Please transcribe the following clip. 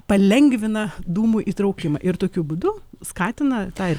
palengvina dūmų įtraukimą ir tokiu būdu skatina tai